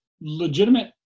legitimate